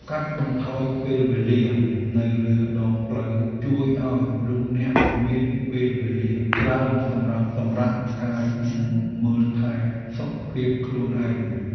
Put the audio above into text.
កាត់បន្ថយពេលវេលានៅលើដងផ្លូវជួយឱ្យលោកអ្នកមានពេលវេលាច្រើនសម្រាប់សម្រាកកាយនិងមើលថែសុខភាពខ្លួនឯង។